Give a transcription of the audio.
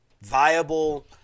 viable